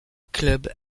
club